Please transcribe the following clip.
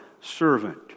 servant